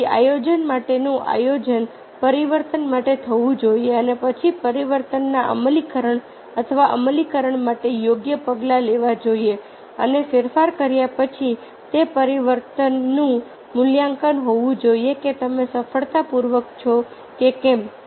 તેથી આયોજન માટેનું આયોજન પરિવર્તન માટે થવું જોઈએ અને પછી પરિવર્તનના અમલીકરણ અથવા અમલીકરણ માટે યોગ્ય પગલાં લેવા જોઈએ અને ફેરફાર કર્યા પછી તે પરિવર્તનનું મૂલ્યાંકન હોવું જોઈએ કે તમે સફળતાપૂર્વક છો કે કેમ